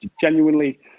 genuinely